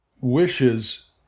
wishes